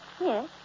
Yes